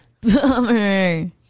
Bummer